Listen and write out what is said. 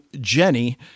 Jenny